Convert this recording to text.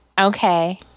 Okay